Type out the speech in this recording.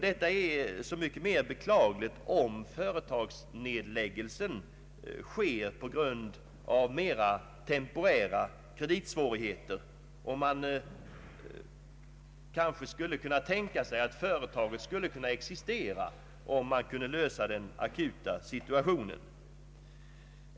Detta är så mycket mer beklagligt, om företagsnedläggelsen sker på grund av mera temporära kreditsvårigheter, och man kanske kunde tänka sig att företaget skulle kunna existera om de akuta problemen kunde lösas.